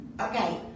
Okay